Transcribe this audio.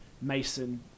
Mason